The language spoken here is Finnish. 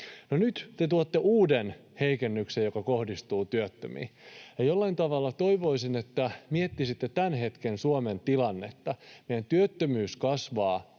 nyt te tuotte uuden heikennyksen, joka kohdistuu työttömiin. Jollain tavalla toivoisin, että miettisitte tämän hetken Suomen tilannetta. Meidän työttömyys kasvaa